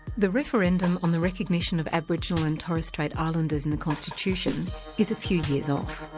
the referendum on the recognition of aboriginal and torres strait islanders in the constitution is a few years off.